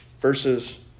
versus